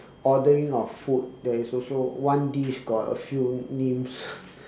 ordering of food there is also one dish got a few names